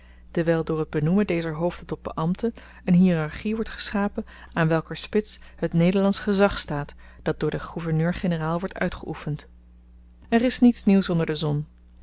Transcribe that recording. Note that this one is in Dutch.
aangemerkt dewyl door het benoemen dezer hoofden tot beambten een hierarchie wordt geschapen aan welker spits het nederlandsch gezag staat dat door den gouverneur-generaal wordt uitgeoefend er is niets nieuws onder de zon